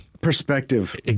perspective